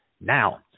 Now